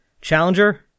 Challenger